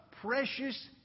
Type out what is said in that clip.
precious